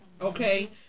okay